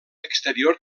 exterior